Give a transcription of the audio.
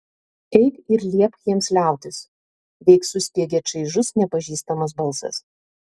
eik ir liepk jiems liautis veik suspiegė čaižus nepažįstamas balsas